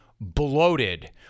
bloated